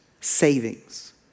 savings